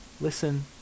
Listen